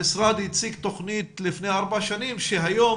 המשרד הציג תוכנית לפני ארבע שנים והיום